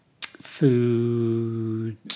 food